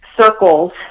circles